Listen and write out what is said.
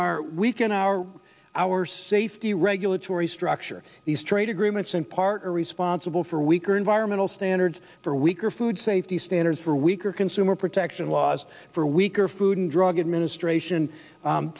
our weaken our our safety regulatory structure these trade agreements in part are responsible for weaker environmental standards for weaker food safety standards for weaker consumer protection laws for weaker food and drug administration